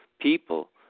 people